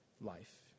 life